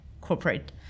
corporate